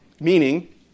Meaning